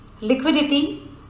liquidity